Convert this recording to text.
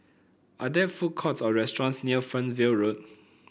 are there food courts or restaurants near Fernvale Road